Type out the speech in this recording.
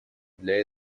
для